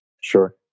Sure